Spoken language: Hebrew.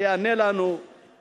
שיענה לנו,